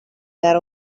that